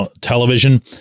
television